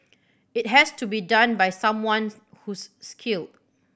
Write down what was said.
it has to be done by someone's who's skilled